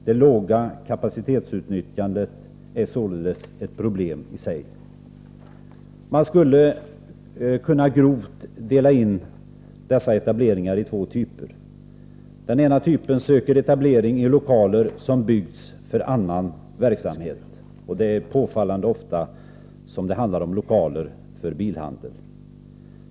Det låga kapacitetsutnyttjandet är således ett problem i sig. De etableringar jag åsyftar kan med en grov indelning sägas bestå av två typer. När det gäller den ena typen söker man etablering i lokaler som byggts för annan verksamhet. Påfallande ofta rör det sig om lokaler för bilhandel.